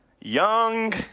young